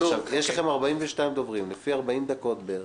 יש לכם 42 דוברים, לפי 40 דקות בערך.